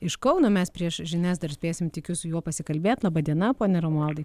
iš kauno mes prieš žinias dar spėsim tikiu su juo pasikalbėt laba diena pone romualdai